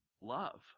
love